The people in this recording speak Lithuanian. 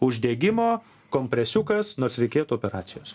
uždegimo kompresiukas nors reikėtų operacijos